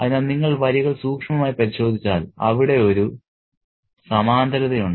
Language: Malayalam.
അതിനാൽ നിങ്ങൾ വരികൾ സൂക്ഷ്മമായി പരിശോധിച്ചാൽ അവിടെ ഒരു സമാന്തരതയുണ്ട്